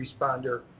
responder